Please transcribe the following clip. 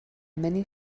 many